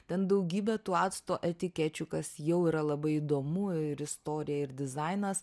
ten daugybė tų acto etikečių kas jau yra labai įdomu ir istorija ir dizainas